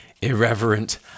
irreverent